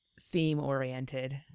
theme-oriented